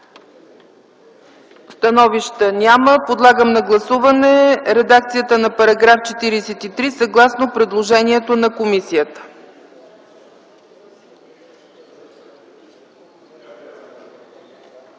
Становища няма. Подлагам на гласуване редакцията на § 48, съгласно предложението на комисията.